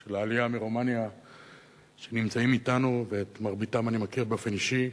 של העלייה מרומניה שנמצאים אתנו ואת מרביתם אני מכיר באופן אישי,